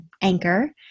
anchor